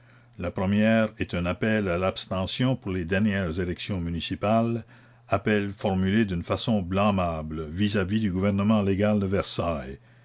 la première est un appel à l'abstention pour les dernières élections municipales appel formulé d'une façon blâmable vis-à-vis du gouvernement légal de versailles